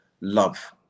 love